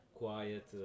Quiet